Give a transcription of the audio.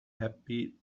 happy